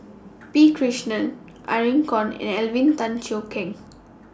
P Krishnan Irene Khong and Alvin Tan Cheong Kheng